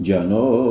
Jano